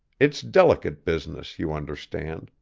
it's delicate business, you understand,